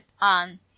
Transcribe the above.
on